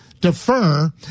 defer